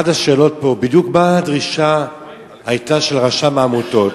אחת השאלות פה בדיוק היא מה היתה הדרישה של רשם העמותות.